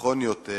נכון יותר,